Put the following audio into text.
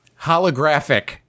Holographic